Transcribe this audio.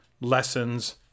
lessons